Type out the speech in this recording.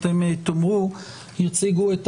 אתם תאמרו יציגו את